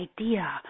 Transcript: idea